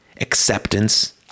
acceptance